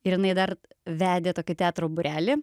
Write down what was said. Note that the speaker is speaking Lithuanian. ir jinai dar vedė tokį teatro būrelį